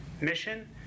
mission